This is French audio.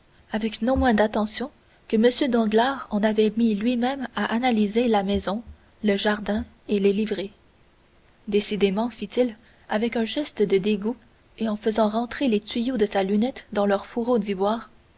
avec non moins d'attention que m danglars en avait mis lui-même à analyser la maison le jardin et les livrées décidément fit-il avec un geste de dégoût et en faisant rentrer les tuyaux de sa lunette dans leur fourreau d'ivoire